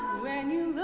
when you